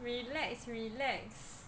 relax relax